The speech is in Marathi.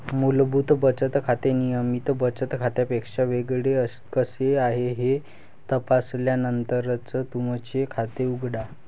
मूलभूत बचत खाते नियमित बचत खात्यापेक्षा वेगळे कसे आहे हे तपासल्यानंतरच तुमचे खाते उघडा